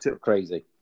crazy